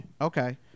Okay